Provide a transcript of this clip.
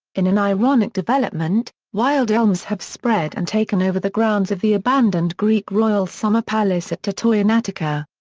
in an ironic development, wild elms have spread and taken over the grounds of the abandoned greek royal summer palace at tatoi in attica.